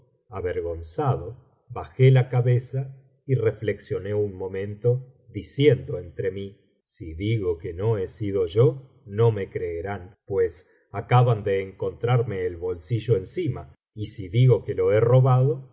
avergonzado bajé la cabeza y reflexioné un momento diciendo entre mí si digo que no he sido yo no me creerán pues acaban de encontrarme el bolsillo encinta y si digo que lo he robado